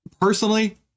Personally